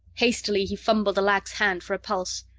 hastily he fumbled the lax hand for a pulse.